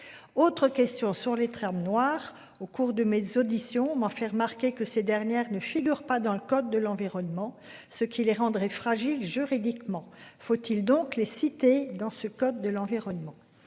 Autre question sur les trams noir au cours de mes auditions m'en fait remarquer que ces dernières ne figure pas dans le code de l'environnement, ce qui les rendrait fragile juridiquement. Faut-il donc les cités dans ce code de l'environnement.